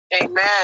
Amen